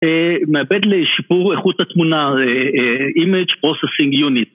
מעבד לשיפור איכות התמונה, image processing unit